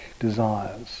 desires